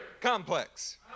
Complex